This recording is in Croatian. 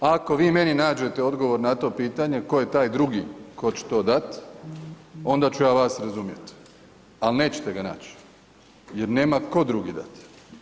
Ako vi meni nađete odgovor na to pitanje tko je taj drugi tko će da onda ću ja vas razumjeti, al nećete ga naći jer nema tko drugi dati.